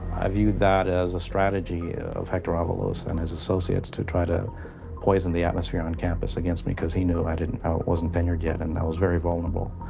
i viewed that as a strategy of hector avalos and his associates to try to poison the atmosphere on campus against me because he knew i wasn't tenured yet and i was very vulnerable.